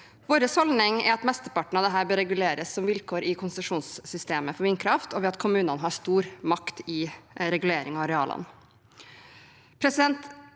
Vår holdning er at mesteparten av dette bør reguleres som vilkår i konsesjonssystemet for vindkraft, og ved at kommunene har stor makt i regulering av arealene.